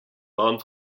waren